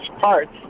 parts